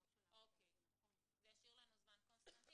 אנחנו לא מוותרים על זה ורק רוצים לנסח את